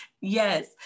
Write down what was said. yes